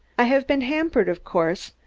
i have been hampered, of course,